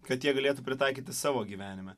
kad jie galėtų pritaikyti savo gyvenime